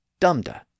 dumda